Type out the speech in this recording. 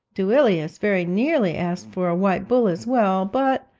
duilius very nearly asked for a white bull as well but,